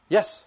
Yes